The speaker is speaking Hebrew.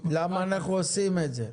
אנחנו מנתחים את הסעיף אחרת.